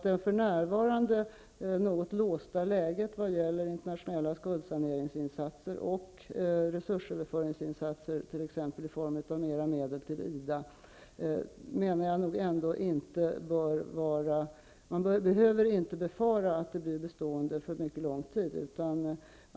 Det för närvarande något låsta läget vad gäller internationella skuldsaneringsinsatser och resursöverföringsinsatser i form av t.ex. mer medel till SIDA, ger enligt min mening inte anledning till att befara att det blir bestående under mycket lång tid.